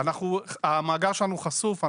המאגר שלנו חשוף.